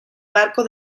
barco